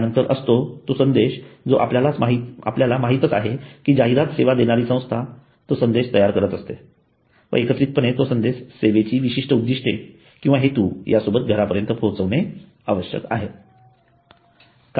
त्यानंतर असतो तो संदेश जो आपल्याला माहीतच आहे कि जाहिरात सेवा देणारी संस्था तो संदेश तयार करत असते व एकत्रितपणे तो संदेश सेवेची विशिष्ट उद्दिष्टे किंवा हेतू यासोबत घरापर्यंत पोहोचवणे आवश्यक आहे